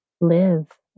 live